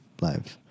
lives